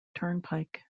turnpike